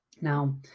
Now